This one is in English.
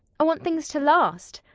i want things to last.